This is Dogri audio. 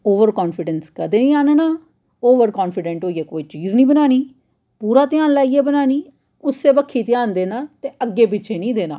ओवर कान्फिडैंस कदें निं आह्नना ओवर कान्फिडैंट होइयै कोई चीज निं बनानी पूरा ध्यान लाइयै बनानी उस्सै बक्खी ध्यान देना ते अग्गें पिच्छे निं देना